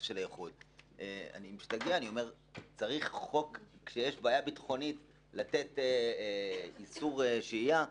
ואני משתגע כשיש בעיה ביטחונית צריך חוק לתת איסור שהייה?